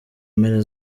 mpera